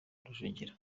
rujugira